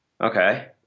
Okay